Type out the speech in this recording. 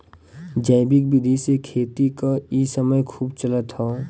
जैविक विधि से खेती क इ समय खूब चलत हौ